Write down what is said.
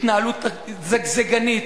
התנהלות זגזגנית,